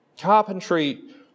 Carpentry